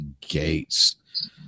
gates